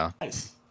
Nice